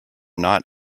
not